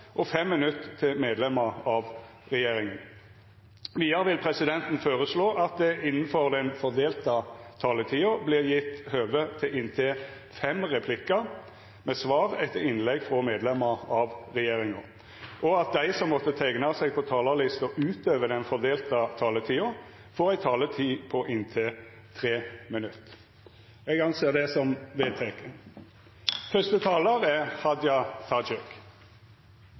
inntil fem replikkar med svar etter innlegg frå medlemer av regjeringa, og at dei som måtte teikna seg på talarlista utover den fordelte taletida, får ei taletid på inntil 3 minutt. – Presidenten ser det som vedteke. Saksordføraren er